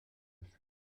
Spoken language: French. fuite